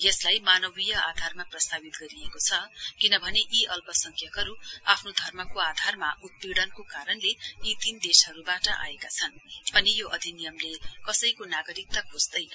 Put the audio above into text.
यसलाई मानवीय आधारमा प्रस्तावित गरिएको छ किनभने यी अल्पसंख्यकहरू आफ्नो धर्मको आधारमा उत्पीडनको कारणले यी तीन देशहरूबाट आएका छन् अनि यो अधिनियमले कसैको नागरिकता खोस्दैन